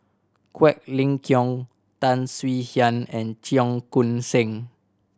Quek Ling Kiong Tan Swie Hian and Cheong Koon Seng